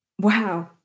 wow